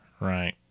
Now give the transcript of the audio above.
Right